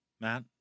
Matt